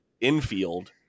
infield